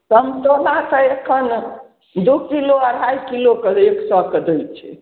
सन्तोलाके एखन दुइ किलो अढ़ाइ किलोके रेट कऽ कऽ दै छै